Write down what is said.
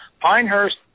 Pinehurst